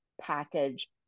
package